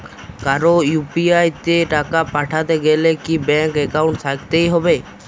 কারো ইউ.পি.আই তে টাকা পাঠাতে গেলে কি ব্যাংক একাউন্ট থাকতেই হবে?